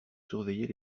surveiller